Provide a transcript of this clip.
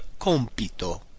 compito